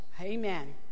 Amen